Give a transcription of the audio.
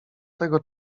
tego